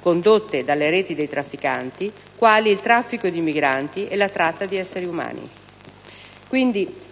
condotte dalle reti di trafficanti, quali il traffico di migranti e la tratta di esseri umani.